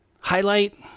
highlight